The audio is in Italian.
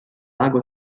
lago